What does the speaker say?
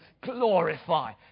glorify